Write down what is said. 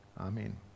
Amen